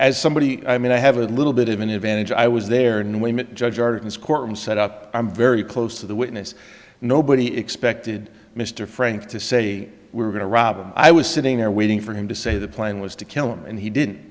as somebody i mean i have a little bit of an advantage i was there and we met judge ordered this court room set up i'm very close to the witness nobody expected mr frank to say we're going to rob and i was sitting there waiting for him to say the plan was to kill him and he did